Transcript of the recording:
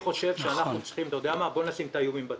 אתה יודע מה, בואו נשים את האִיומים בצד.